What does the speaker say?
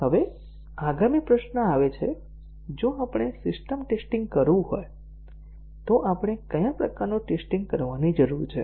હવે આગામી પ્રશ્ન આવે છે જો આપણે સિસ્ટમ ટેસ્ટીંગ કરવું હોય તો આપણે કયા પ્રકારનું ટેસ્ટીંગ કરવાની જરૂર છે